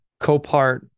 Copart